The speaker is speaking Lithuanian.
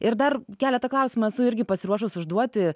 ir dar keleta klausimų esu irgi pasiruošus užduoti